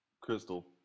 Crystal